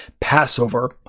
Passover